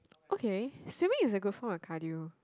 okay swimming is a good for a cardio